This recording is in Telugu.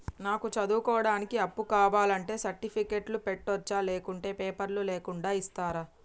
నాకు చదువుకోవడానికి అప్పు కావాలంటే సర్టిఫికెట్లు పెట్టొచ్చా లేకుంటే పేపర్లు లేకుండా ఇస్తరా?